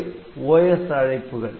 இவை OS அழைப்புகள்